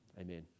amen